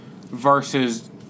versus